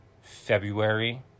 february